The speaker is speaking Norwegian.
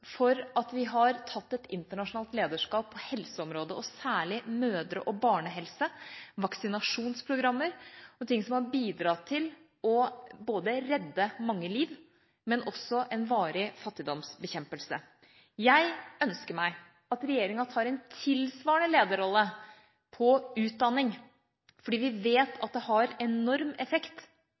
for at vi har tatt et internasjonalt lederskap på helseområdet, særlig er mødre- og barnehelse, vaksinasjonsprogrammer ting som har bidratt til å redde mange liv, men også til varig fattigdomsbekjempelse. Jeg ønsker at regjeringa tar en tilsvarende lederrolle for utdanning, for vi vet at det har enorm effekt